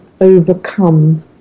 overcome